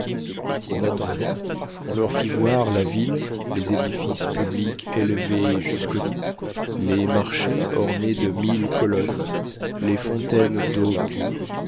en attendant on leur fit voir la ville les édifices publics élevés jusqu'aux nues les marchés ornés de mille colonnes les fontaines d'eau pure